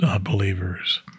believers